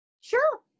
Sure